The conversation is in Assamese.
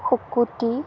শুকুটি